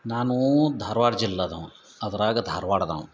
ನಾನು ಧಾರ್ವಾಡ ಜಿಲ್ಲೆದವ ಅದರಾಗ ಧಾರ್ವಾಡದವ